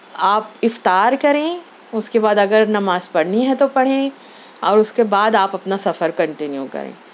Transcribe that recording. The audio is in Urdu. آپ افطار کریں اُس کے بعد اگر نماز پڑھنی ہے تو پڑھیں اور اُس کے بعد آپ اپنا سفر کنٹینیو کریں